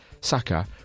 Saka